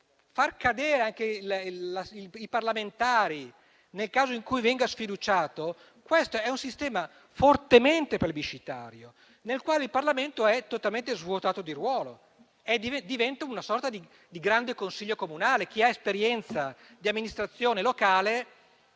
far cadere i parlamentari, nel caso in cui venga sfiduciato, questo è un sistema fortemente plebiscitario, nel quale il Parlamento è totalmente svuotato del suo ruolo e diventa una sorta di grande consiglio comunale. Chi ha esperienza di amministrazione locale